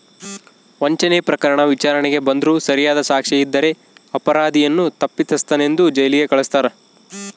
ವಂಚನೆ ಪ್ರಕರಣ ವಿಚಾರಣೆಗೆ ಬಂದ್ರೂ ಸರಿಯಾದ ಸಾಕ್ಷಿ ಇದ್ದರೆ ಅಪರಾಧಿಯನ್ನು ತಪ್ಪಿತಸ್ಥನೆಂದು ಜೈಲಿಗೆ ಕಳಸ್ತಾರ